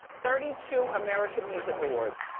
thirty two american music awards.